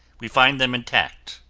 we find them intact.